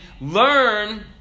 learn